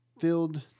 filled